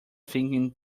thinking